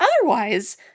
otherwise